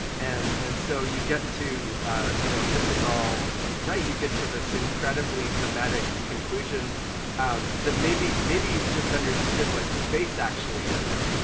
and and so you get to ah you know if this is all right, you get to this incredibly dramatic conclusion that maybe maybe you've just understood what space actually is,